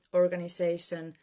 organization